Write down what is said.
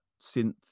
synth